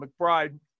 McBride